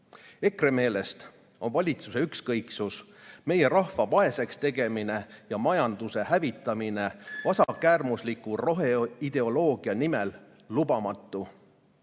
EKRE meelest on valitsuse ükskõiksus, meie rahva vaeseks tegemine ja majanduse hävitamine vasakäärmusliku roheideoloogia nimel lubamatu.